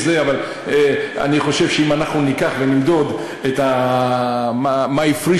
אבל אני חושב שאם ניקח ונמדוד מה הפרישו